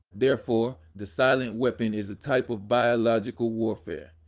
therefore, the silent weapon is a type of biological warfare.